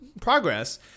progress